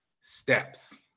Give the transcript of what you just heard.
Steps